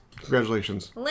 Congratulations